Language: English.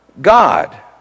God